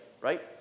right